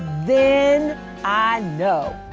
then i know.